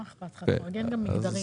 מי נגד?